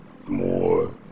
more